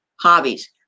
Hobbies